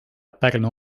pärnu